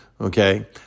Okay